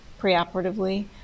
preoperatively